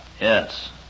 Yes